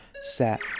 set